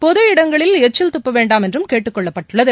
பொது இடங்களில் எச்சில் துப்ப வேண்டாம் என்றும் கேட்டுக் கொள்ளப்பட்டுள்ளது